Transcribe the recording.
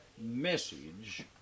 message